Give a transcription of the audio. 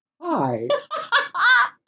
hi